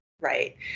right